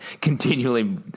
continually